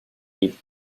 eighth